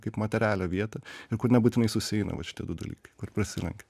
kaip materialią vietą ir kur nebūtinai susieina vat šitie du dalykai kur prasilenkia